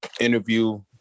interview